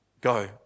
go